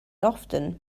often